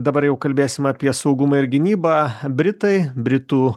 dabar jau kalbėsime apie saugumą ir gynybą britai britų